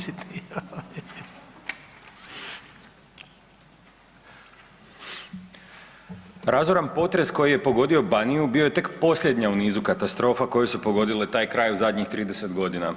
Razoran potres koji je pogodio Baniju bio je tek posljednja u nizu katastrofa koje su pogodile taj kraj u zadnjih 30 godina.